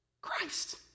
Christ